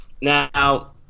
now